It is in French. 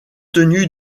tenu